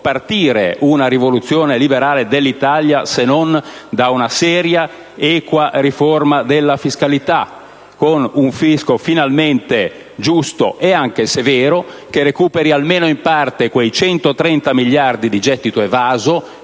una rivoluzione liberale dell'Italia, se non da una seria ed equa riforma della fiscalità, con un fisco finalmente giusto e anche severo, che recuperasse almeno in parte quei 130 miliardi di gettito evaso